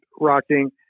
rocking